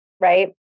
right